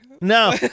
No